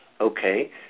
okay